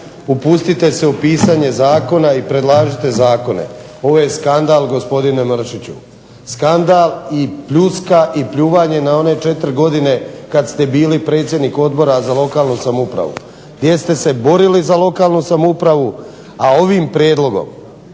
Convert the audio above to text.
Upustite se u pisanje zakona i predlažite zakone. Ovo je skandal gospodine Mršiću. Skandal i pljuska i pljuvanje na one četiri godine kad ste bili predsjednik Odbora za lokalnu samoupravu gdje ste se borili za lokalnu samoupravu, a ovim prijedlogom